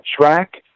track